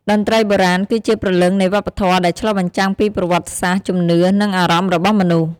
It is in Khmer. តន្ត្រីបុរាណ គឺជាព្រលឹងនៃវប្បធម៌ ដែលឆ្លុះបញ្ចាំងពីប្រវត្តិសាស្ត្រ ជំនឿ និងអារម្មណ៍របស់មនុស្ស។